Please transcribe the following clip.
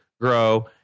grow